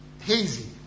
hazy